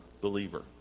believer